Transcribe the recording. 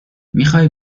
میخای